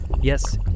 Yes